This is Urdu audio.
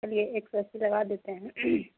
چلیے ایک سو اسّی لگا دیتے ہیں